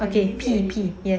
okay P P yes